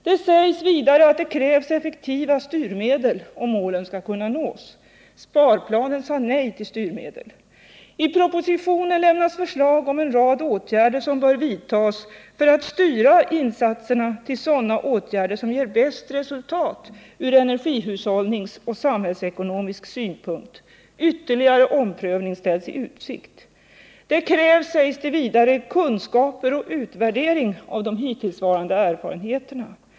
Det sägs vidare att det krävs effektiva styrmedel om målen skall kunna nås. Sparplanen sade nej till styrmedel. I propositionen lämnas förslag om en rad åtgärder som bör vidtas för att styra insatserna så att de ger det bästa resultatet ur energihushållningssynpunkt och samhällsekonomisk synpunkt. Ytterligare omprövning ställs i utsikt. Det krävs — sägs det vidare — kunskaper och utvärdering av de hittillsvarande erfarenheterna.